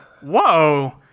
whoa